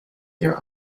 their